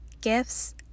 gifts